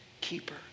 keeper